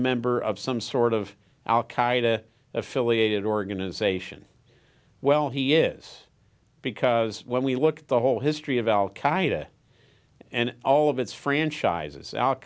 member of some sort of al qaeda affiliated organization well he is because when we look at the whole history of al qaeda and all of its franchises al